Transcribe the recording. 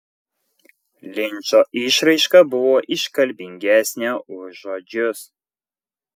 linčo išraiška buvo iškalbingesnė už žodžius